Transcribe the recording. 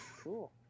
Cool